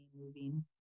moving